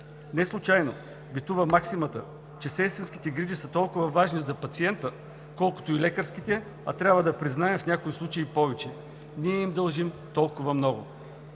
Неслучайно битува максимата, че сестринските грижи са толкова важни за пациента, колкото и лекарските, а трябва да признаем, в някои случаи и повече. Ние им дължим толкова много!